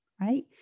Right